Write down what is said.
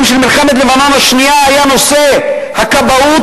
של מלחמת לבנון השנייה היה נושא הכבאות.